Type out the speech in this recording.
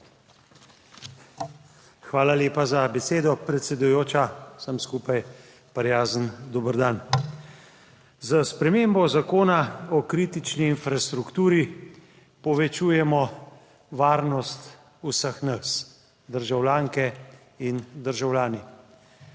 Hvala lepa za besedo, predsedujoča. Vsem skupaj prijazen dober dan! S spremembo Zakona o kritični infrastrukturi povečujemo varnost vseh nas, državljanke in državljani.